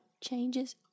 changes